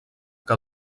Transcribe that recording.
que